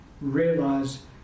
realize